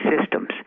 systems